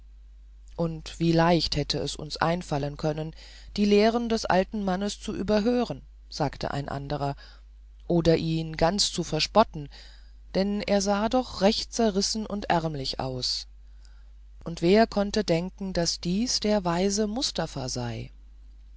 und wie leicht hätte es uns einfallen können die lehren des alten mannes zu überhören sagte ein anderer oder ihn ganz zu verspotten denn er sah doch recht zerrissen und ärmlich aus und wer konnte denken daß dies der weise mustafa sei